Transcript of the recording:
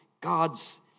God's